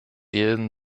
jeden